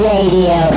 Radio